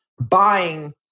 buying